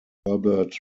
herbert